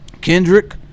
Kendrick